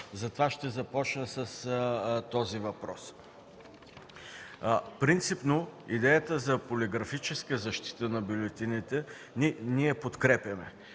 Затова ще започна с този въпрос. Принципно идеята за полиграфическа защита на бюлетините ние я подкрепяме.